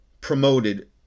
promoted